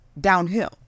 downhill